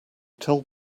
told